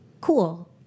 Cool